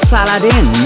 Saladin